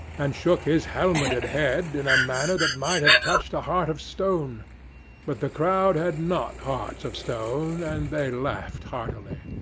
and shook his helmeted head, in a manner that might have touched a heart of stone but the crowd had not hearts of stone, and they laughed heartily.